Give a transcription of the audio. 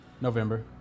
November